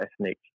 ethnic